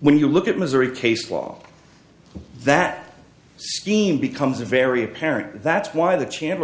when you look at missouri case law that scheme becomes a very apparent that's why the chandler